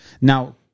Now